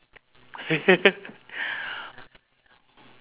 okay so next card will be what card